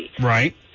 Right